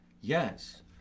Yes